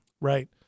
Right